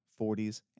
40s